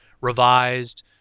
Revised